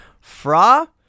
Fra